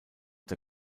der